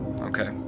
Okay